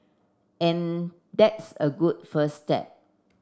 and that's a good first step